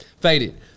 Faded